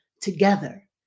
together